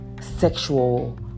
sexual